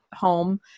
home